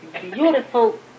beautiful